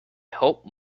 hope